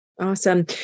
Awesome